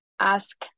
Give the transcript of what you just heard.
ask